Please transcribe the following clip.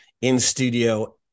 in-studio